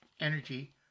energy